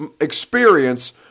experience